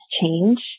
change